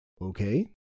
Okay